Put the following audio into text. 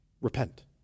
Repent